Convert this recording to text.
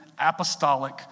apostolic